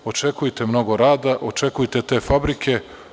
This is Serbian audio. Očekujte mnogo rada, očekujte te fabrike.